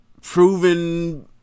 proven